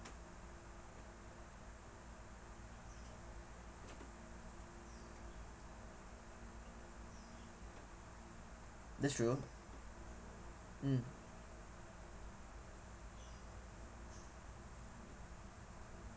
that's true mm